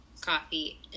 coffee